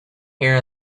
here